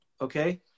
Okay